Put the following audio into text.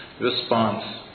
response